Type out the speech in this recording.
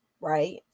right